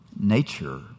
nature